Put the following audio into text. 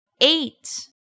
eight